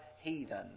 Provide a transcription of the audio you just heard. heathen